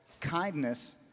kindness